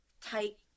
type